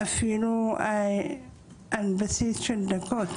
אפילו על בסיס של דקות,